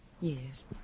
Yes